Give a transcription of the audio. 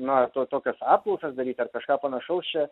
na to tokias apklausas daryt ar kažką panašaus čia